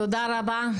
תודה רבה,